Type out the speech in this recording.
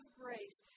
grace